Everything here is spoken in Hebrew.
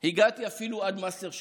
הגעתי אפילו עד מאסטר שף,